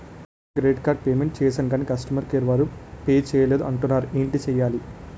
నా credit card payment చేసాను కాని కస్టమర్ కేర్ వారు పే చేయలేదు అంటున్నారు ఏంటి చేయాలి?